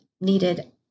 needed